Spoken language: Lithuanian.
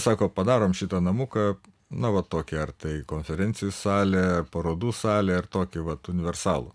sako padarom šitą namuką na va tokį ar tai konferencijų salė parodų salė ar tokį vat universalų